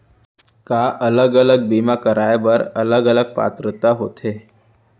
का अलग अलग बीमा कराय बर अलग अलग पात्रता होथे?